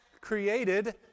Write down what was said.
created